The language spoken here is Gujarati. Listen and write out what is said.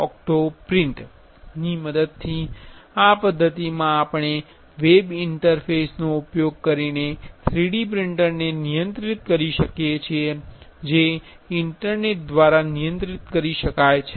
ઓક્ટોપ્રિન્ટ ની મદદથી આ પદ્ધતિમાં આપણે વેબ ઇંટરફેસ નો ઉપયોગ કરીને 3D પ્રિંટરને નિયંત્રિત કરી શકીએ છીએ જે ઇન્ટરનેટ દ્વારા નિયંત્રિત કરી શકાય છે